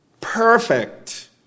Perfect